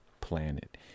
planet